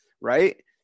right